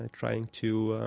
trying to